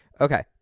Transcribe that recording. Okay